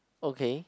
okay